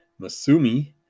Masumi